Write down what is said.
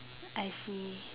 I see